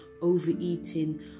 overeating